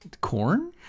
Corn